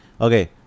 Okay